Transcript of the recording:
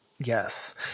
yes